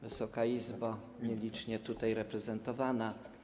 Wysoka Izbo nielicznie tutaj reprezentowana!